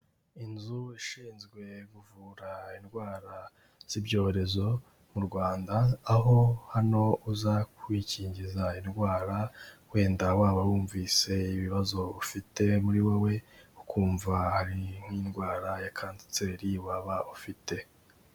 Inzu ushinzwe kuvura indwara z'ibyorezo mu Rwanda aho hano uza kwikingiza indwara wenda waba wumvise ibibazo ufite muri wowe ukumva hari nk'indwara ya kanseri waba ufite.